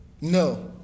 No